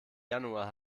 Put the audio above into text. januar